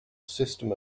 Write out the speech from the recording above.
system